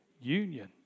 union